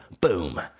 Boom